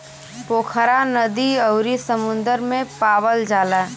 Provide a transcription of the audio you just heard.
पोखरा नदी अउरी समुंदर में पावल जाला